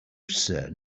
certain